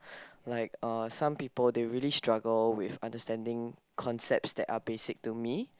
like uh some people they really struggle with understanding concepts that are basic to me